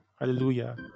hallelujah